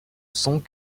sont